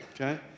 okay